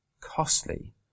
costly